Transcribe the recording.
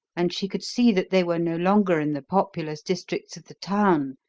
and she could see that they were no longer in the populous districts of the town,